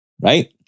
right